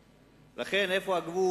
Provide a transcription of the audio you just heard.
לכן, איפה הגבול?